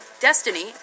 destiny